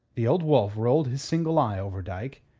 the old wolf rolled his single eye over dyke,